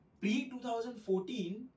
pre-2014